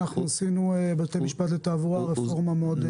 עשינו בבתי המשפט לתעבורה רפורמה גדולה מאוד.